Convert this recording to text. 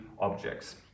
objects